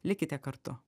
likite kartu